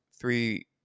three